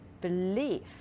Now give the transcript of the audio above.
belief